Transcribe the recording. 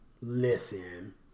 Listen